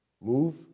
Move